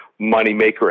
moneymaker